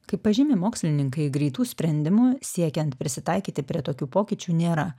kaip pažymi mokslininkai greitų sprendimų siekiant prisitaikyti prie tokių pokyčių nėra